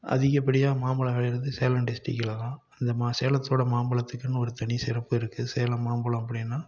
அதிகப்படியாக மாம்பழம் விளையிறது சேலம் டிஸ்டிரிக்ல தான் அந்த சேலத்தோட மாம்பழத்துக்குனு ஒரு தனிச்சிறப்பு இருக்கு சேலம் மாம்பழம் அப்படினா